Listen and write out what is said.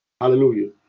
Hallelujah